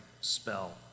spell